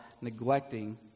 neglecting